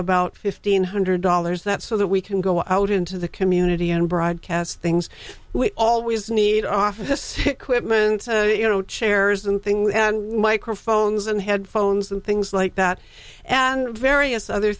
about fifteen hundred dollars that so that we can go out into the community and broadcast things we always need office equipment you know chairs and things and microphones and headphones and things like that and various other